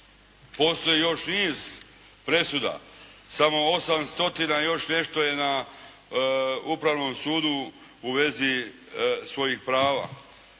Postoji još niz presuda. Samo 8 stotina i još nešto je na upravnom sudu u vezi svojih prava.